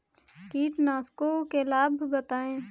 कीटनाशकों के लाभ बताएँ?